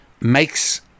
makes